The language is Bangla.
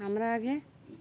আমরা আগে